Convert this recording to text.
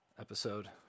episode